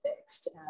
fixed